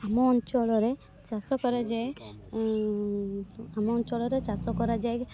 ଆମ ଅଞ୍ଚଳରେ ଚାଷ କରାଯାଏ ଆମ ଅଞ୍ଚଳରେ ଚାଷ କରାଯାଏ